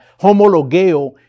Homologeo